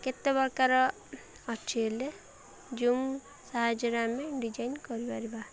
କେତେ ପ୍ରକାର ଅଛି ହେଲେ ଯେଉଁ ସାହାଯ୍ୟରେ ଆମେ ଡିଜାଇନ୍ କରିପାରିବା